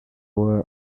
were